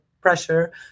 pressure